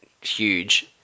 huge